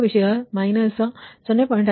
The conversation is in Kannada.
ಆರಂಭಿಕ ವಿಷಯ −0